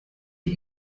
die